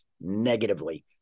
negatively